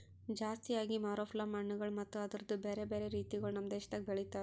ಜಾಸ್ತಿ ಆಗಿ ಮಾರೋ ಪ್ಲಮ್ ಹಣ್ಣುಗೊಳ್ ಮತ್ತ ಅದುರ್ದು ಬ್ಯಾರೆ ಬ್ಯಾರೆ ರೀತಿಗೊಳ್ ನಮ್ ದೇಶದಾಗ್ ಬೆಳಿತಾರ್